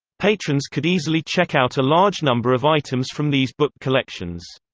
patrons could easily check out a large number of items from these book collections.